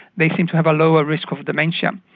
they seem to have a lower risk of dementia.